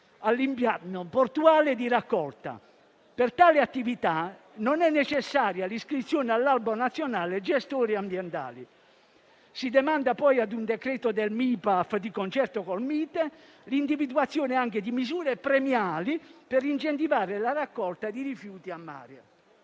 all'impianto portuale di raccolta. Per tale attività non è necessaria l'iscrizione all'Albo nazionale gestori ambientali. Si demanda poi a un decreto del Mipaaf, di concerto con il Mite, l'individuazione anche di misure premiali per incentivare la raccolta di rifiuti a mare.